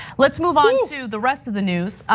let's move on to the rest of the news.